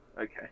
okay